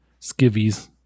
skivvies